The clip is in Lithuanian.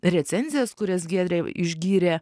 recenzijas kurias giedrė išgyrė